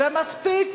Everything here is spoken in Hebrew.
ומספיק,